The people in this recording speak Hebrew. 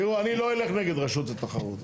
תראו, אני לא אלך נגד רשות התחרות.